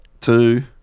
two